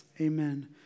Amen